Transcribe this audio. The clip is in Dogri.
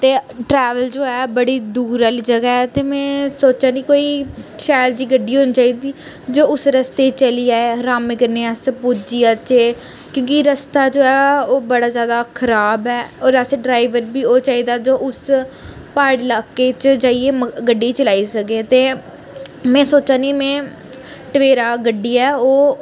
ते ट्रैवेल जो ऐ बड़ी दूर आह्ली जगह् ऐ ते मै सोचा नी कोई शैल जेही गड्डी होनी चाहिदी जो उस रस्ते चली जाए अरामै कन्नै अस पुज्जी जाचै क्योंकि रास्ता जो ऐ ओह् बड़ा ज्यादा ख़राब ऐ होर असें ड्राइवर बी ओह् चाहिदा जो उस प्हाड़ी लाके च जाइयै म गड्डी चलाई सकै ते मै सोचा नी मै टवेरा गड्डी ऐ ओह्